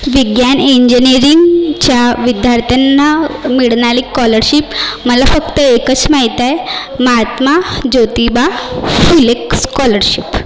विग्यान इंजनिअरिंगच्या विद्यार्थ्यांना मिळणारी कॉलरशिप मला फक्त एकच माहित आहे माहात्मा ज्योतिबा फुल्लेक स्कॉलरशिप